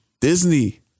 Disney